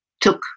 took